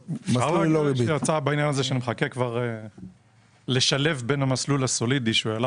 יש הצעה בעניין הזה שמחכה לשלב בין המסלול הסולידי שעלה